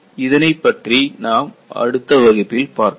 இதனைப்பற்றி நாம் அடுத்த வகுப்பில் பார்க்கலாம்